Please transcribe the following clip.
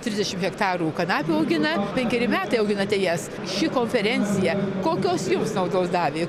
trisdešim hektarų kanapių augina penkeri metai auginate jas ši konferencija kokios jums naudos davė